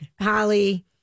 Holly